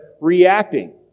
reacting